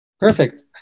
Perfect